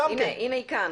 היא כאן.